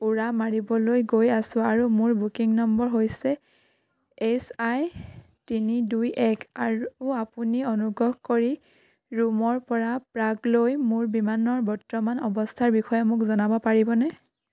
উৰা মাৰিবলৈ গৈ আছোঁ আৰু মোৰ বুকিং নম্বৰ এইচ আই তিনি দুই এক আপুনি অনুগ্ৰহ কৰি ৰোমৰ পৰা প্ৰাগলৈ মোৰ বিমানৰ বৰ্তমানৰ অৱস্থাৰ বিষয়ে মোক জনাব পাৰিবনে